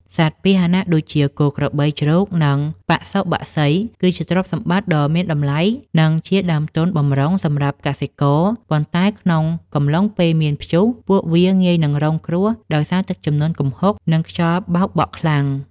សត្វពាហនៈដូចជា គោ ក្របី ជ្រូក និងបសុបក្សី គឺជាទ្រព្យសម្បត្តិដ៏មានតម្លៃ និងជាដើមទុនបម្រុងសម្រាប់កសិករ ប៉ុន្តែក្នុងកំឡុងពេលមានព្យុះ ពួកវាងាយនឹងរងគ្រោះដោយសារទឹកជំនន់គំហុក និងខ្យល់បោកបក់ខ្លាំង។